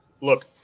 Look